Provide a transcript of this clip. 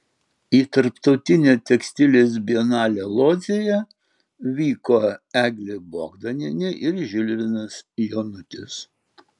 į tarptautinę tekstilės bienalę lodzėje vyko eglė bogdanienė ir žilvinas jonutis